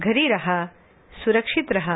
घरी रहा सुरक्षित रहा